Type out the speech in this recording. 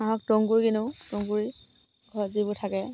হাঁহক তুঁহগুৰি কিনোঁ তুঁহগুৰি ঘৰত যিবোৰ থাকে